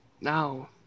now